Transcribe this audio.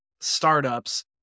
startups